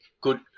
good